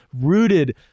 rooted